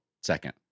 second